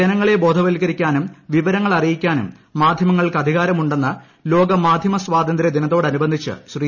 ജനങ്ങളെ ബോധവൽക്ക രിക്കാനും വിവരങ്ങളറിയിക്കാനും മാധ്യമങ്ങൾക്ക് അധികാരമു ണ്ടെന്ന് ലോക മാധ്യമ സ്വാതന്ത്ര്യ ദിനത്തോടനുബന്ധിച്ച് ശ്രീ